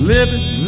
Living